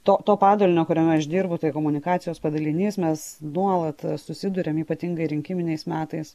to to padalinio kuriame aš dirbu tai komunikacijos padalinys mes nuolat susiduriam ypatingai rinkiminiais metais